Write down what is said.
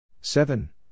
Seven